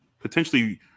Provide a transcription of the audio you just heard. potentially